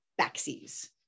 backseas